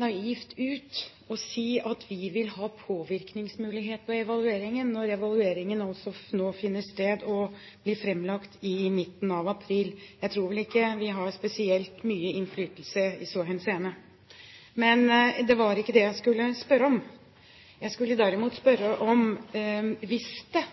naivt ut å si at vi vil ha påvirkningsmulighet på evalueringen, når evalueringen nå finner sted og blir framlagt i midten av april. Jeg tror vel ikke at vi har spesielt mye innflytelse i så henseende. Men det var ikke dette jeg skulle spørre om. Jeg skulle derimot spørre: Hvis det